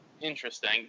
Interesting